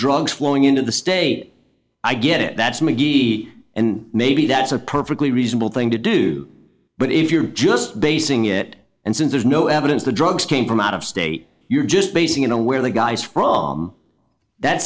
drugs flowing into the state i get it that's mcgee and maybe that's a perfectly reasonable thing to do but if you're just basing it and since there's no evidence the drugs came from out of state you're just basing in a where the guy's from that